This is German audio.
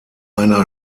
einer